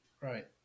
right